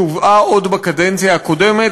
שהובאה עוד בקדנציה הקודמת,